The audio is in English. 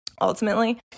ultimately